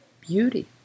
beauty